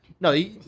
No